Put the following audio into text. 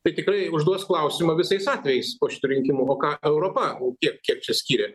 tai tikrai užduos klausimą visais atvejais po šitų rinkimų o ką europa kiek kiek čia skyrė